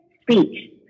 speech